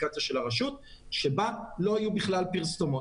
האפליקציה של הרשות שבה לא יהיו בכלל פרסומות.